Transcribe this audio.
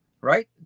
right